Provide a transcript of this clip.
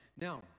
Now